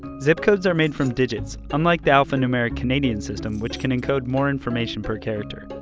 zip codes are made from digits, unlike the alphanumeric canadian system, which can encode more information per character.